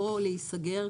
או להיסגר,